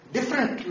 Different